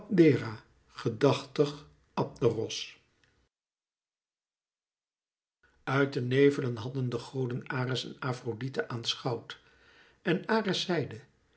gedachtig abderos uit den nevel hadden de goden ares en afrodite aanschouwd en ares